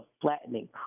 flattening